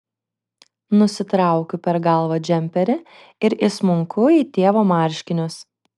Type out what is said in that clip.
nusitraukiu per galvą džemperį ir įsmunku į tėvo marškinius